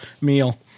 meal